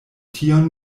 tion